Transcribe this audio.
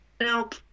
Nope